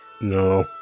No